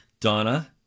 Donna